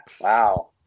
wow